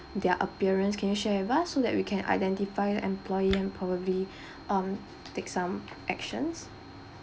their appearance can you share with us so that we can identify the employee and probably um take some actions